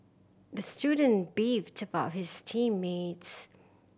the student beefed about his team mates